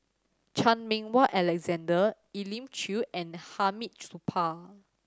Chan Meng Wah Alexander Elim Chew and Hamid Supaat